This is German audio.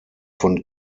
von